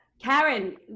Karen